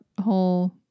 whole